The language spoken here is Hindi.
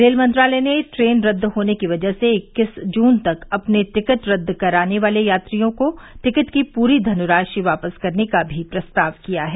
रेल मंत्रालय ने ट्रेन रद्द होने की वजह से इक्कीस जून तक अपने टिकट रद्द कराने वाले यात्रियों को टिकट की पूरी धनराशि वापस करने का भी प्रस्ताव किया है